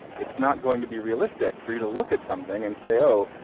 it's not going to be realistic for you to look at something and say, oh,